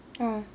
uh